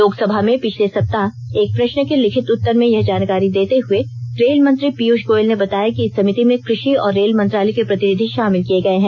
लोकसभा में पिछले सप्ताह एक प्रश्न के लिखित उत्तर में यह जानकारी देते हुए रेल मंत्री पीयूष गोयल ने बताया कि इस समिति में कृषि और रेल मंत्रालय के प्रतिनिधि शामिल किए गए हैं